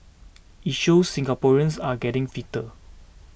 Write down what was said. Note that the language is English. it shows Singaporeans are getting fitter